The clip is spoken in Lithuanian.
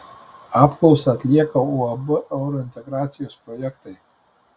apklausą atlieka uab eurointegracijos projektai